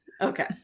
Okay